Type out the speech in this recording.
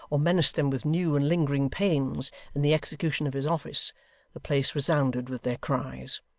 or menaced them with new and lingering pains in the execution of his office the place resounded with their cries.